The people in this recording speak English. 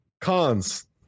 Cons